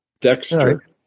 Dexter